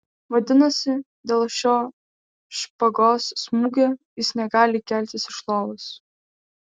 vadinasi dėl šio špagos smūgio jis negali keltis iš lovos